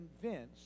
convinced